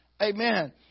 Amen